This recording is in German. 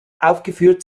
aufgeführt